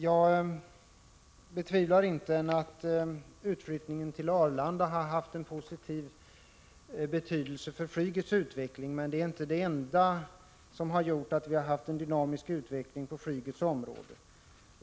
Jag betvivlar inte att utflyttningen till Arlanda har varit positiv för flygets utveckling. Men det är inte det enda som har gjort att vi har haft en dynamisk utveckling på flygets område.